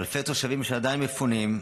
אלפי תושבים שעדיין מפונים,